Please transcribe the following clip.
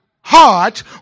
heart